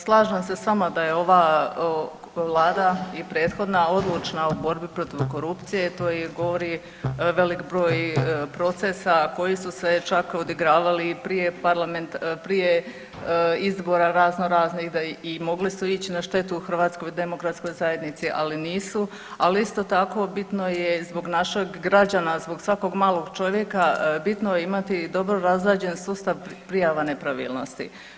Slažem se s vama da je ova Vlada i prethodna odlučna u borbi protiv korupcije to i govori velik broj procesa koji su se čak odigravali i prije parlament, prije izbora razno raznih i mogli su ići na štetu HDZ-u ali nisu, ali isto tako bitno je i zbog našeg građana, zbog svakog malog čovjeka bitno je imati dobro razrađen sustav prijava nepravilnosti.